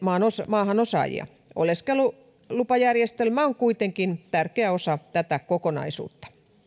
maahan osaajia oleskelulupajärjestelmä on kuitenkin tärkeä osa tätä kokonaisuutta